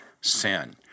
sin